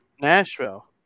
Nashville